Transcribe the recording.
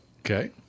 Okay